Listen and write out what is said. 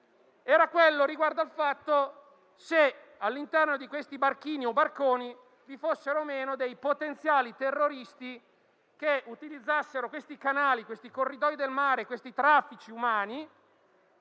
fuori nella discussione era se all'interno di quei barchini o barconi ci fossero o meno potenziali terroristi che utilizzassero questi canali, questi corridoi del mare e questi traffici umani